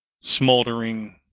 smoldering